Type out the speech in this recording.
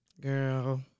girl